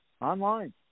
online